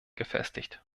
gefestigt